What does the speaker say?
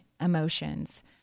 emotions